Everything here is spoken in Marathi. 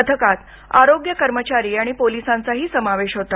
पथकात आरोग्य कर्मचारी आणि पोलिसांचाही समावेश होता